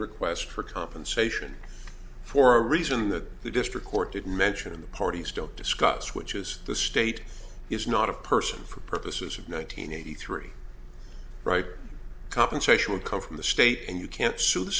request for compensation for a reason that the district court didn't mention in the parties don't discuss which is the state is not a person for purposes of nine hundred eighty three right compensation will come from the state and you can't sue the